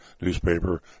newspaper